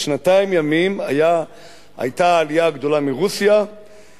בשנתיים ימים היתה העלייה הגדולה מרוסיה,